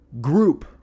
group